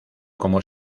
como